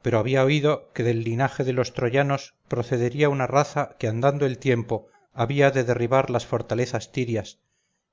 pero había oído que del linaje de los troyanos procedería una raza que andando el tiempo había de derribar las fortalezas tirias